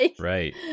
Right